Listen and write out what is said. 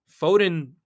Foden